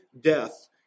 death